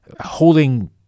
holding